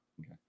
Okay